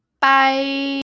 Bye